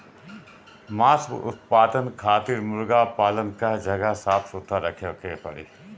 मांस उत्पादन खातिर मुर्गा पालन कअ जगह साफ सुथरा रखे के पड़ी